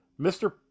Mr